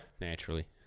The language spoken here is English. Naturally